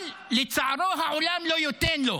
אבל לצערו העולם לא ייתן לו.